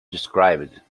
described